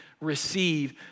receive